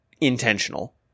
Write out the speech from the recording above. intentional